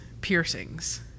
piercings